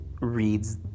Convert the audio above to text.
reads